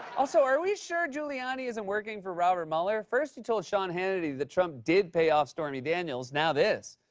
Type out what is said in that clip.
also, are we sure giuliani isn't working for robert mueller? first, he told sean hannity that trump did pay off stormy daniels. now this.